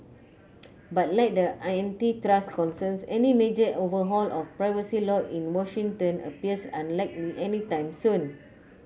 but like the antitrust concerns any major overhaul of privacy law in Washington appears unlikely anytime soon